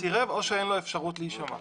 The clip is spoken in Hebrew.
סירב או שאין לו אפשרות להישמע.